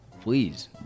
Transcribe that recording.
please